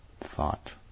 thought